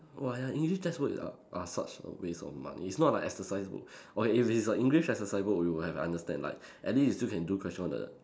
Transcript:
!wah! ya English textbook are are such a waste of money it's not like exercise book okay if it's a English exercise book we would have understand like at least you still can do question on the